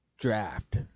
draft